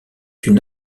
une